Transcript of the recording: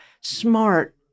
smart